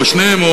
או שניהם,